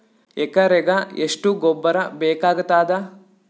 ಎಕರೆಗ ಎಷ್ಟು ಗೊಬ್ಬರ ಬೇಕಾಗತಾದ?